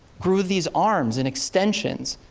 grew these arms and extensions.